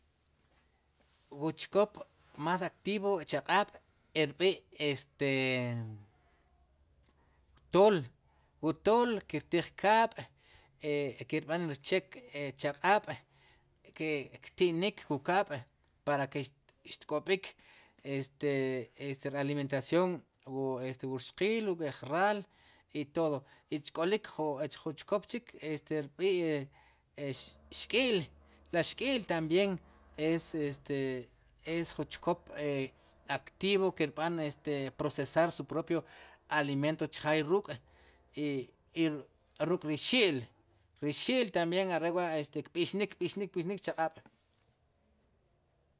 Wu chkop más activo chaq'ab'rb'i' este tool wu tool kirtij kaab' e kirb'an rchek chaq'aab' ke kti'nik wu kaab' para ke xtk'ob'ik este alimentación wu wurxqiil wu nk'ej raal i todo k'olik chjun chkop chik rb'i'este xk'il la xk'il también es este es jun chkop activo kirb'an procesar su propio alimento chjaay ruuk' ru ruk'ri xi'l, ri xi'l are' wa tambien kb'inik, kb'ixnik chaq'ab'.